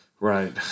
Right